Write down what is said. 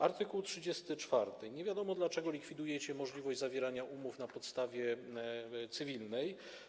Art. 34 - nie wiadomo dlaczego likwidujecie możliwość zawierania umów na podstawie cywilnej.